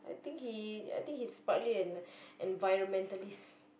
I think he I think he's partly an environmentalist